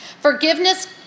forgiveness